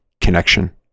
connection